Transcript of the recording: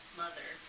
mother